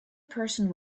person